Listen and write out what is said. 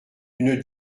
une